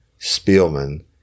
Spielman